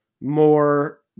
more